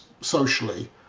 socially